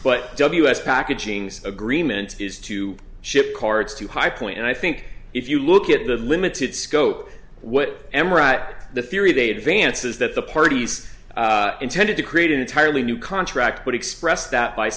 but ws packaging agreement is to ship carts to high point and i think if you look at the limited scope what emira act the theory they advance is that the parties intended to create entirely new contract would express that by